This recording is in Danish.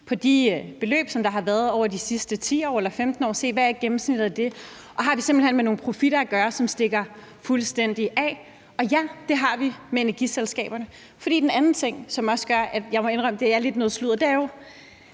på de beløb, der har været over de sidste 10 år eller 15 år og se, hvad gennemsnittet er der, og om vi simpelt hen har at gøre med nogle profitter, som stikker fuldstændig af. Og ja, det har vi med energiselskaberne. For den anden ting, som også gør, at jeg må indrømme, at det lidt er noget sludder, vedrører jo